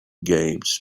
games